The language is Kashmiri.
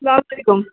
اسَلامُ علیکُم